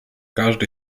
każdy